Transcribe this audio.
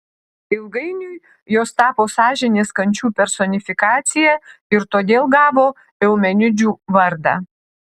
ilgainiui jos tapo sąžinės kančių personifikacija ir todėl gavo eumenidžių vardą